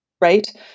right